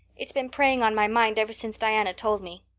it's been preying on my mind ever since diana told me.